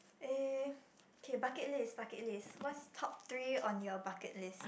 eh okay bucket list bucket list what's top three on your bucket list